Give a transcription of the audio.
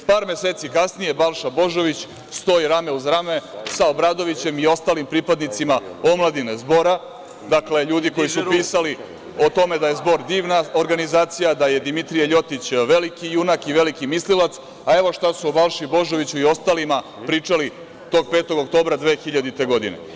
Par meseci kasnije, Balša Božović stoji rame uz rame sa Obradovićem i ostalim pripadnicima omladine Zbora, dakle, ljudi koji su pisali o tome da je Zbor divna organizacija, da je Dimitrije LJotić veliki junak i veliki mislilac, a evo šta su o Balši Božoviću i ostalima pričali tog 5. oktobra 2000. godine.